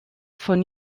von